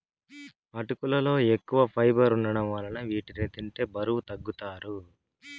అటుకులలో ఎక్కువ ఫైబర్ వుండటం వలన వీటిని తింటే బరువు తగ్గుతారు